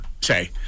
say